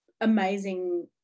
amazing